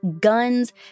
guns